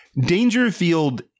Dangerfield